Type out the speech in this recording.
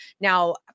now